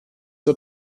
der